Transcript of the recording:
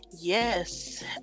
Yes